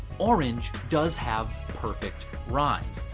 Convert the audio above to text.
orange does have perfect rhymes,